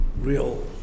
real